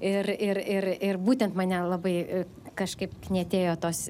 ir ir ir ir būtent mane labai kažkaip knietėjo tos